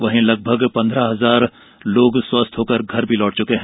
वहीं लगभग पन्द्रह हजार लोग स्वस्थ होकर घर लौट चुके हैं